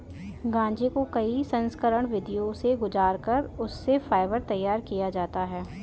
गांजे को कई संस्करण विधियों से गुजार कर उससे फाइबर तैयार किया जाता है